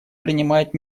принимает